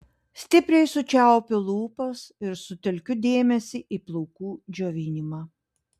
stipriai sučiaupiu lūpas ir sutelkiu dėmesį į plaukų džiovinimą